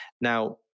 Now